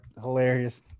hilarious